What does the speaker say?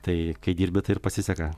tai kai dirbi tai ir pasiseka